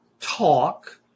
talk